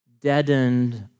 deadened